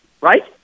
right